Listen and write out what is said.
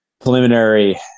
preliminary